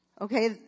Okay